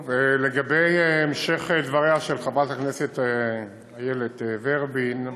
טוב, לגבי המשך דבריה של חברת הכנסת איילת ורבין,